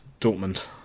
Dortmund